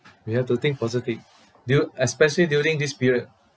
we have to think positive du~ especially during this period